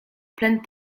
pleine